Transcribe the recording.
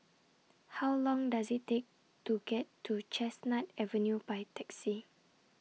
How Long Does IT Take to get to Chestnut Avenue By Taxi